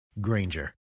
Granger